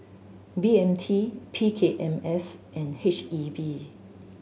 B M T P K M S and H E B